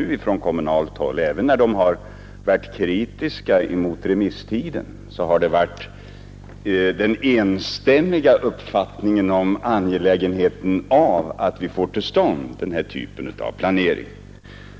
har förts fram från kommunalt håll, är att även när man har varit kritisk mot remisstiden har den enstämmiga uppfattningen varit att det är angeläget att vi får till stånd den här typen av planering.